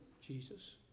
Jesus